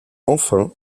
enfin